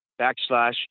backslash